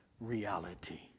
reality